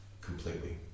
completely